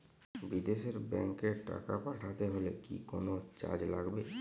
বিদেশের ব্যাংক এ টাকা পাঠাতে হলে কি কোনো চার্জ লাগবে?